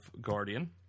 guardian